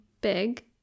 big